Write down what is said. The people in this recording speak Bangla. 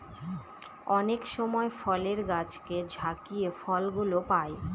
অনেক সময় ফলের গাছকে ঝাকিয়ে ফল গুলো পাই